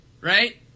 right